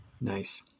Nice